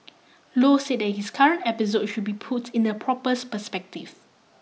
low said that this current episode should be put in the proper perspective